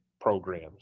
programs